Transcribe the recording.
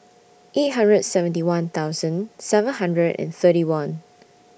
eight hundred and seventy one thousand seven hundred and thirty one